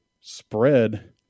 spread